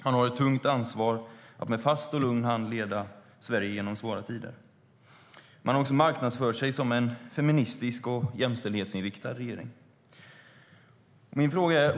Man har ett tungt ansvar för att med fast och lugn hand leda Sverige genom svåra tider. Man har också marknadsfört sig som en feministisk och jämställdhetsinriktad regering.